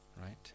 right